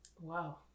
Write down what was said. Wow